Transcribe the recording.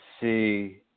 see